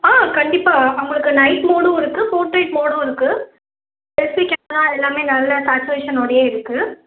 ஆ கண்டிப்பாக உங்களுக்கு நைட் மோடும் இருக்கு போட்ரைட் மோடும் இருக்கு ரெட்மி கேமரா எல்லாமே நல்ல சாட்டிஸ்ஃபேஷனோடையே இருக்கு